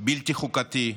בלתי חוקתי,